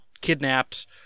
kidnapped